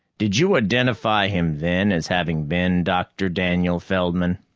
did you identify him then as having been dr. daniel feldman?